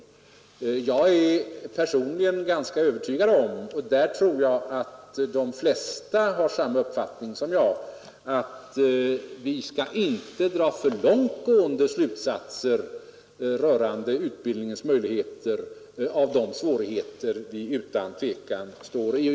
Jag är personligen övertygad om — och där tror jag att de flesta har samma uppfattning som jag — att vi inte bör dra för långt gående slutsatser rörande utbildningens möjligheter av de svårigheter vi utan tvivel står i.